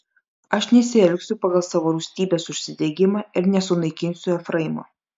aš nesielgsiu pagal savo rūstybės užsidegimą ir nesunaikinsiu efraimo